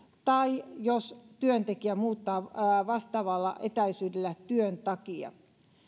tai jos työntekijä muuttaa vastaavalla etäisyydellä työn takia